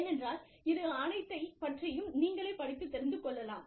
ஏனென்றால் இது அனைத்தைப் பற்றியும் நீங்களே படித்துத் தெரிந்து கொள்ளலாம்